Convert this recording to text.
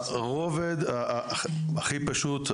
הרובד הכי פשוט,